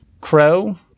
crow